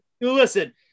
Listen